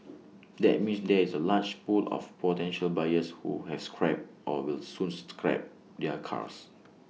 that means there is A large pool of potential buyers who have scrapped or will soon scrap their cars